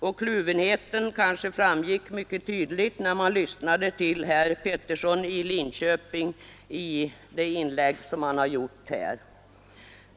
Och kluvenheten kanske framgick mycket tydligt när man lyssnade till herr Peterson i Linköping i det inlägg som han har gjort här.